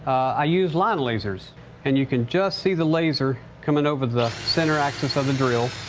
i use line lasers and you can just see the laser coming over the center axis of the drill.